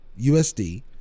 USD